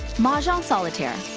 mahjong solitaire.